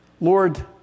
Lord